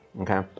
okay